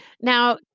Now